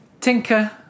Tinker